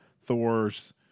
Thor's